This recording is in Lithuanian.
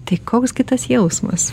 tai koks gi tas jausmas